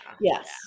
yes